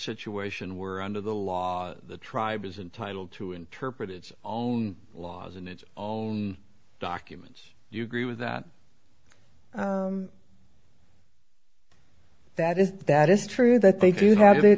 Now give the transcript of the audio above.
situation where under the law the tribe is entitle to interpret its own laws in its own documents you agree with that that is that is true that they do have i